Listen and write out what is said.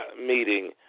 meeting